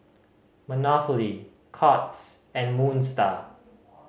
Monopoly Courts and Moon Star